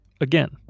Again